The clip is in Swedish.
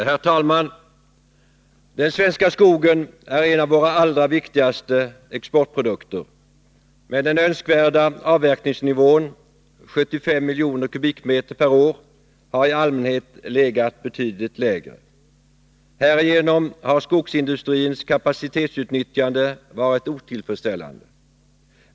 Herr talman! Den svenska skogen är en av våra allra viktigaste exportprodukter, men den önskvärda avverkningsnivån — 75 miljoner kubikmeter per år — har i allmänhet inte kunnat uppnås. Härigenom har skogsindustrins kapacitetsutnyttjande varit otillfredsställande.